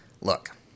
look